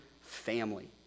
family